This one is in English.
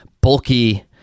bulky